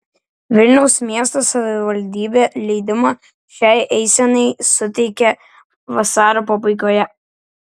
vilniaus miesto savivaldybė leidimą šiai eisenai suteikė vasario pabaigoje